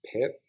Pip